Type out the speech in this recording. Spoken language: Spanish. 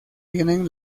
tienen